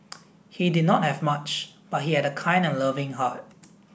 he did not have much but he had a kind and loving heart